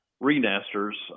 re-nesters